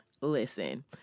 listen